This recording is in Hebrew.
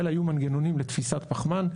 אלא יהיו מנגנונים לתפיסת פחמן,